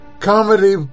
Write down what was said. Comedy